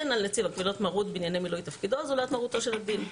אין על נציב הקבילות מרות בענייני מילוי תפקידו זולת מרותו של הדין.